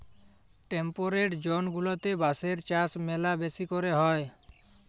temperate zone গুলাতে বাঁশের চাষ ম্যালা বেশি ক্যরে হ্যয়